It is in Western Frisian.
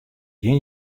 gjin